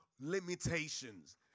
limitations